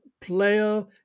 player